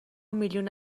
میلیون